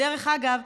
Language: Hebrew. דרך אגב,